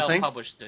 published